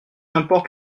importe